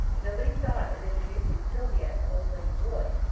nobody thought of introducing sylvia to old lady lloyd,